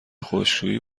خشکشویی